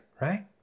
right